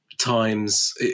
times